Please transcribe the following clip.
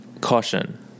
Caution